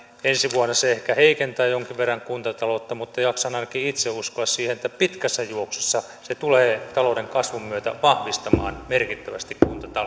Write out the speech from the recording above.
ensi vuonna se ehkä heikentää jonkin verran kuntataloutta mutta jaksan ainakin itse uskoa siihen että pitkässä juoksussa se tulee talouden kasvun myötä vahvistamaan merkittävästi